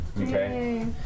okay